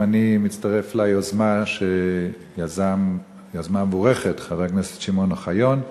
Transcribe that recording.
גם אני מצטרף ליוזמה המבורכת של חבר הכנסת שמעון אוחיון.